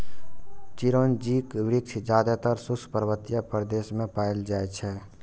चिरौंजीक वृक्ष जादेतर शुष्क पर्वतीय प्रदेश मे पाएल जाइ छै